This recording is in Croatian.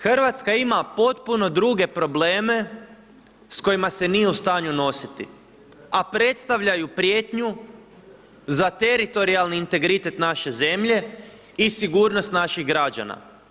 Hrvatska ima potpuno druge probleme s kojima se nije u stanju nositi, a predstavljaju prijetnju za teritorijalni integritet naše zemlje i sigurnost naših građana.